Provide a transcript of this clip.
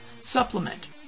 supplement